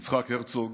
יצחק הרצוג,